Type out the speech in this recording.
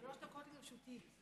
שלוש דקות לרשותי.